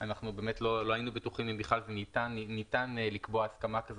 שלא היינו בטוחים האם בכלל ניתן לקבוע הסכמה כזו